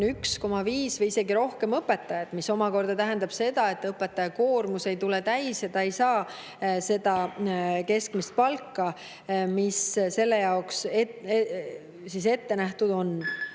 1,5 või isegi rohkem, mis omakorda tähendab seda, et õpetaja koormus ei tule täis ja ta ei saa seda keskmist palka, mis on ette nähtud.